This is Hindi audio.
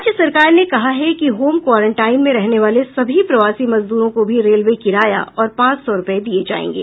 राज्य सरकार ने कहा है कि होम क्वारंटाइन में रहने वाले सभी प्रवासी मजदूरों को भी रेलवे किराया और पांच सौ रूपये दिये जायेंगे